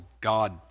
God